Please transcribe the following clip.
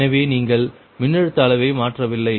எனவே நீங்கள் மின்னழுத்த அளவை மாற்றவில்லை